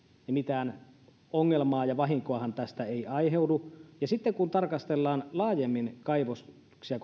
niin mitään ongelmaa ja vahinkoahan tästä ei aiheudu sitten kun tarkastellaan laajemmin muutosta kaivoksia